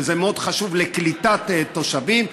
שזה מאוד חשוב לקליטת תושבים,